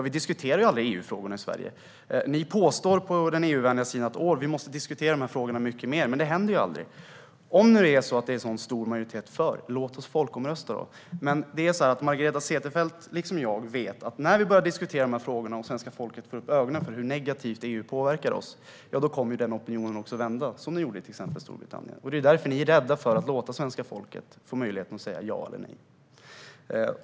Vi diskuterar ju aldrig EU-frågorna i Sverige. Ni på den EU-vänliga sidan påstår att vi måste diskutera dessa frågor mycket mer, men det händer ju aldrig. Om det nu är en så stor majoritet för, låt oss då folkomrösta! Margareta Cederfelt vet, liksom jag, att när vi börjar diskutera dessa frågor och svenska folket får upp ögonen för hur negativt EU påverkar oss kommer opinionen att vända, som den gjorde i Storbritannien. Det är därför ni är rädda för att låta svenska folket få möjlighet att säga ja eller nej.